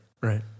right